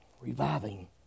reviving